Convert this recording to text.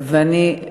ואני,